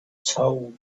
told